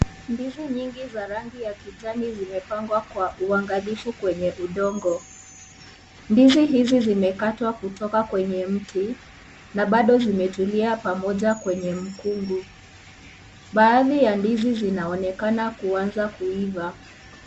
Ndizi nyingi za rangi ya kijani zimepambgwa kwa uangalifu kwenye udongo. Ndizi hizi zimekatwa kutoka kwenye mti na bado zimetulia pamoja kwenye mkungu. Baadhi ya ndizi zinaonekana kuanza kuiva.